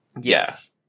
Yes